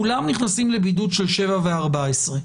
כולם נכנסים לבידוד של 7 ו-14.